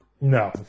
No